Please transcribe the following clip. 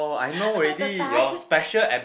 the time